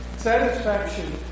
satisfaction